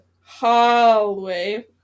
hallway